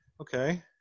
okay